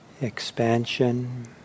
Expansion